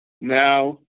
now